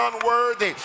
unworthy